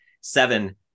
seven